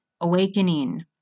Awakening